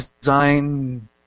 design